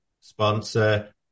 sponsor